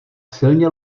silně